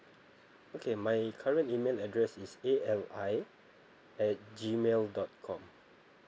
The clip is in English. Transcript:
okay my current email address is A L I at G mail dot com